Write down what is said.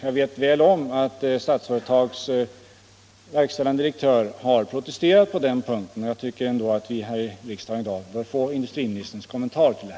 Jag vet väl om att Statsföretags verkställande direktör har protesterat på den punkten, och jag tycker ändå att riksdagen i dag bör få industriministerns kommentar till det.